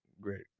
great